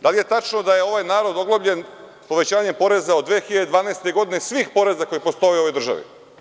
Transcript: Da li je tačno da je ovaj narod oglobljen povećanjem poreza od 2012. godine svih poreza koji postoje u ovoj državi?